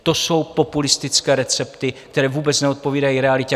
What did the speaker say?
To jsou populistické recepty, které vůbec neodpovídají realitě.